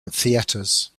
theatres